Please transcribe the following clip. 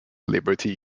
liberty